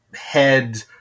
head